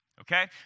okay